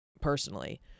personally